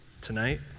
Tonight